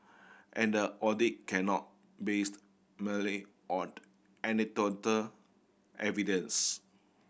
and the audit cannot based merely out anecdotal evidence